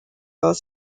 are